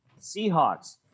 Seahawks